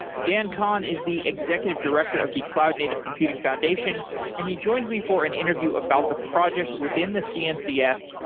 dan kohn is the executive director of the cloud native computing foundation and he joins me for an interview about the projects within the cncf,